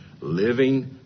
Living